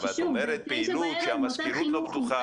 אבל את אומרת פעילות כשהמזכירות לא פתוחה.